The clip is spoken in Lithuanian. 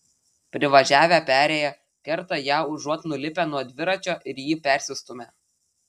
privažiavę perėją kerta ją užuot nulipę nuo dviračio ir jį persistūmę